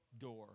door